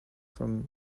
from